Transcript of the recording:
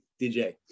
dj